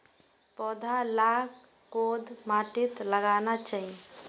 पौधा लाक कोद माटित लगाना चही?